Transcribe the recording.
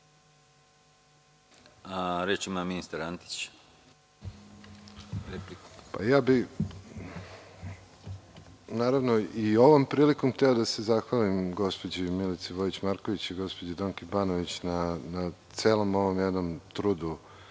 Reč ima ministar Antić.